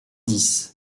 dix